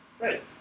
Right